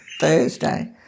Thursday